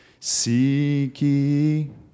Seeky